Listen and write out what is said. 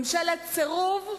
ממשלת סירוב,